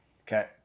okay